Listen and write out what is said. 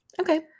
okay